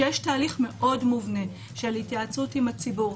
שיש תהליך מאוד מובנה של התייעצות עם הציבור,